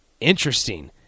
Interesting